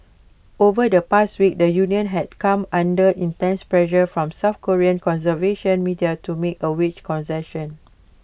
over the past week the union has come under intense pressure from south Korean conservative media to make A wage concessions